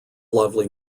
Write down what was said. lovely